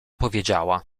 powiedziała